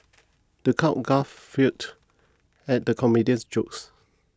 the crowd guffawed at the comedian's jokes